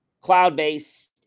cloud-based